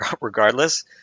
regardless